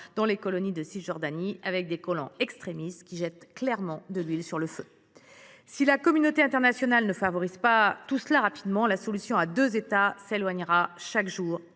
dans les colonies de Cisjordanie, avec des colons extrémistes qui jettent clairement de l’huile sur le feu. Si la communauté internationale ne favorise pas tout cela rapidement, la solution à deux États s’éloignera chaque jour